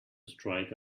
strike